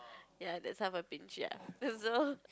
ya that's how I pinch ya so